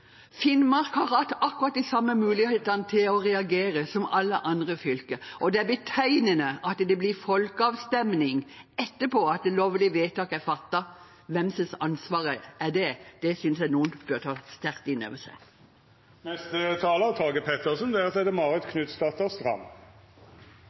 Finnmark har hatt akkurat de samme mulighetene til å reagere som alle andre fylker, og det er betegnende at det blir folkeavstemning etter at et lovlig vedtak er fattet. Hvem sitt ansvar er det? Det synes jeg noen bør ta sterkt inn over seg. Noen håper kanskje at alle gode ting er